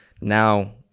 now